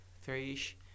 three-ish